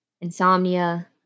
insomnia